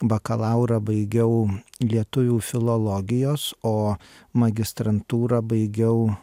bakalaurą baigiau lietuvių filologijos o magistrantūrą baigiau